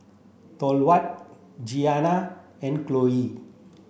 Thorwald Giana and